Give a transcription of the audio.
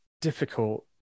difficult